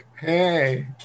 hey